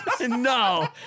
No